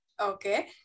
Okay